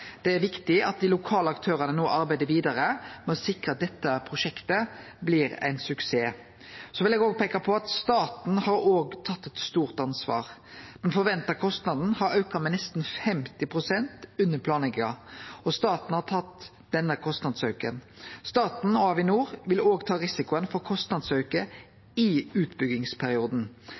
Det er viktig at dei lokale aktørane no arbeider vidare med å sikre at dette prosjektet blir ein suksess. Så vil eg peike på at òg staten har tatt eit stort ansvar. Den forventa kostnaden har auka med nesten 50 pst. under planlegginga, og staten har tatt denne kostnadsauken. Staten og Avinor vil òg ta risikoen for kostnadsauke i utbyggingsperioden.